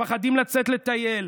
מפחדים לצאת לטייל,